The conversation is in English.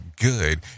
good